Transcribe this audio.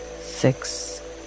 six